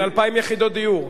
כ-2,000 יחידות דיור.